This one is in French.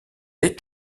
est